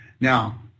Now